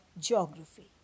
geography